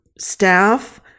staff